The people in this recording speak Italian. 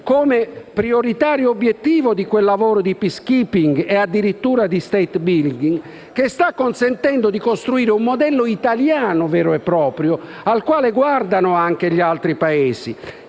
come prioritario obiettivo di quel lavoro di *peace keeping* e addirittura di *state building* che sta consentendo di costruire un modello italiano vero e proprio, al quale guardano anche gli altri Paesi.